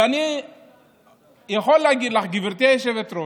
ואני יכול להגיד לך, גברתי היושבת-ראש,